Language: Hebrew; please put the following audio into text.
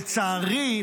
לצערי,